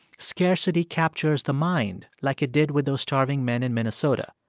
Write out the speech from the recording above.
scarcity captures the mind, like it did with those starving men in minnesota.